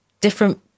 Different